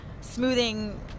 smoothing –